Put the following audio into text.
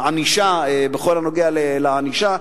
הענישה, בכל הנוגע לענישה.